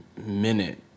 Minute